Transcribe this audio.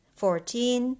fourteen